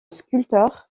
sculpteur